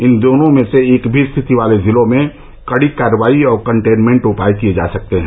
इन दोनों में से एक भी रिथित वाले जिलो में कड़ी कार्रवाई और कंटेनमेंट उपाय किए जा सकते हैं